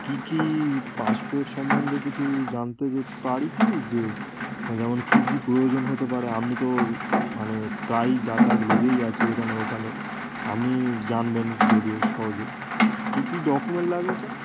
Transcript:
কী কী পাসপোর্ট সম্বন্ধে কিছু জানতে পারি কি যে যেমন কী কী প্রয়োজন হতে পারে আপনি তো মানে প্রায়ই যাতায়াত লেগেই আছে এখানে ওখানে আপনি জানবেন যদিও সহজে কী কী ডকুমেন্ট লাগবে স্যার